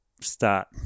start